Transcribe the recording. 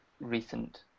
recent